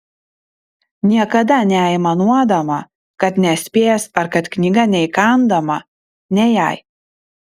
niekada neaimanuodama kad nespės ar kad knyga neįkandama ne jai